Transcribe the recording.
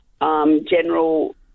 general